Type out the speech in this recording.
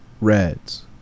Reds